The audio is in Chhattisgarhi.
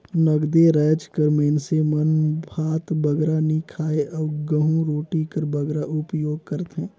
नगदे राएज कर मइनसे मन भात बगरा नी खाएं अउ गहूँ रोटी कर बगरा उपियोग करथे